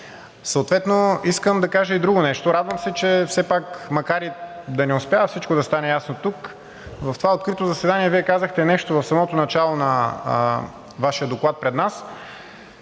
Съответно искам да кажа и друго нещо. Радвам се, че все пак, макар и да не успява всичко да стане ясно тук, в това открито заседание Вие казахте нещо в самото начало на Вашия доклад пред нас,